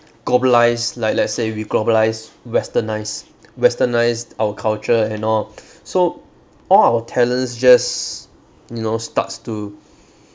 globalise like let's say we globalise westernise westernise our culture and all so all our talents just you know starts to